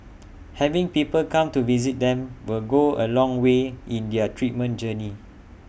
having people come to visit them will go A long way in their treatment journey